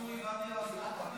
ואטורי, באתי לעזור לך.